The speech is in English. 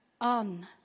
on